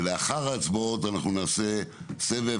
ולאחריהן נעשה סבב,